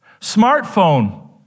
smartphone